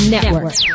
Network